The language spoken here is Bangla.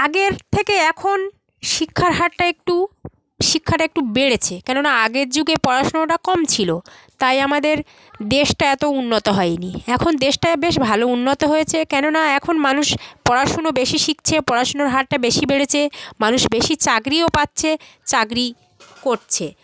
আগের থেকে এখন শিক্ষার হারটা একটু শিক্ষাটা একটু বেড়েছে কেননা আগের যুগে পড়াশোনাটা কম ছিলো তাই আমাদের দেশটা এতো উন্নত হয় নি এখন দেশটা বেশ ভালো উন্নত হয়েছে কেননা এখন মানুষ পড়াশোনা বেশি শিখছে পড়াশোনার হারটা বেশি বেড়েছে মানুষ বেশি চাকরিও পাচ্ছে চাকরি করছে